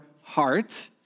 heart